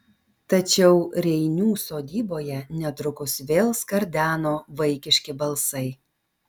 tačiau reinių sodyboje netrukus vėl skardeno vaikiški balsai